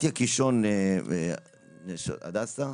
בתיה קישון, הדסה.